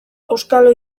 auskalo